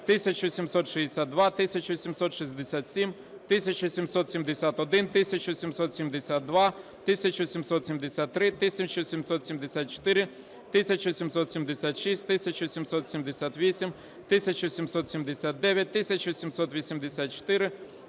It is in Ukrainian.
1762, 1767, 1771, 1772, 1773, 1774, 1776, 1778, 1779, 1784,